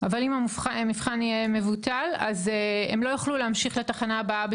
אבל אם המבחן יבוטל אז הם לא יוכלו להמשיך לתחנה הבאה,